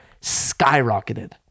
skyrocketed